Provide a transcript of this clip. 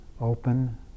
open